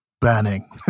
banning